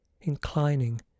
inclining